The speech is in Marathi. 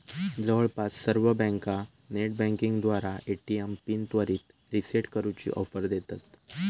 जवळपास सर्व बँका नेटबँकिंगद्वारा ए.टी.एम पिन त्वरित रीसेट करूची ऑफर देतत